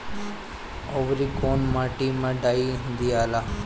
औवरी कौन माटी मे डाई दियाला?